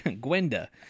Gwenda